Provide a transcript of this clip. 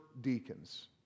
deacons